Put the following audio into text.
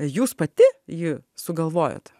jūs pati jį sugalvojot